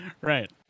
Right